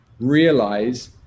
realize